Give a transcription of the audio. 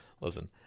listen